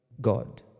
God